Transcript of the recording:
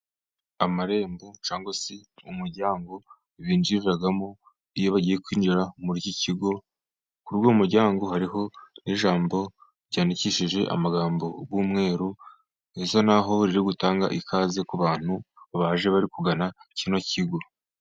Amarembo cyangwa se umuryango binjiriramo, iyo bagiye kwinjira muri iki kigo, ku uwo muryango hariho n'ijambo ryandikishije amagambo y'umweru, risa n'aho riri gutanga ikaze ku bantu baje bari kugana kino kigo.